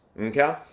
Okay